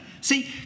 See